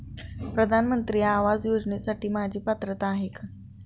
प्रधानमंत्री आवास योजनेसाठी माझी पात्रता आहे का?